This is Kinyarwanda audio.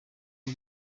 ngo